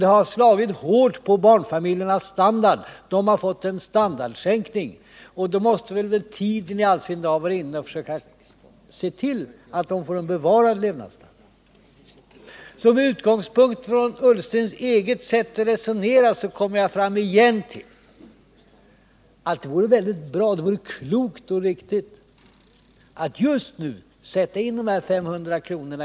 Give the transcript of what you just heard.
Det har slagit hårt på barnfamiljernas standard — de har fått en standardsänkning. Då måste väl tiden vara inne för att försöka se till att de får en bevarad levnadsstandard. Med Ola Ullstens eget sätt att resonera som utgångspunkt kommer jag igen fram till att det vore väldigt bra, klokt och riktigt att just nu sätta in 500 kr.